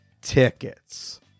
tickets